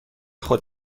خود